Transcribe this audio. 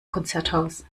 konzerthaus